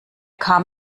kam